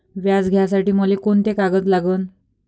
व्याज घ्यासाठी मले कोंते कागद लागन?